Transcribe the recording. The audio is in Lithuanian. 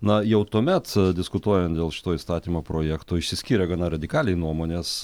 na jau tuomet diskutuojant dėl šito įstatymo projekto išsiskyrė gana radikaliai nuomonės